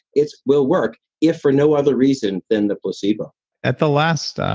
it will work if for no other reason than the placebo at the last ah